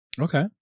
Okay